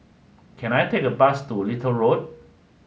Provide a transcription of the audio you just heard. can I take a bus to Little Road